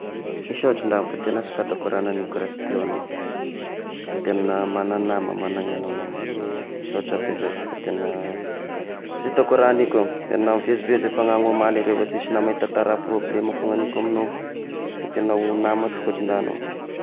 Misaotra agnao fa da tegna sy fantatro raha nagniko raha sy teo iagnao, tegna mana nama managny anao nama, misaotra besaky, fa tegna sy hitako raha nikao, tegna nivezivezy ny fagnahy agnao omaly igny revo sisy nama hitatara problemako nagniko amignao, ko tegna olo nama tokotra da agnao.